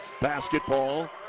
basketball